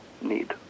need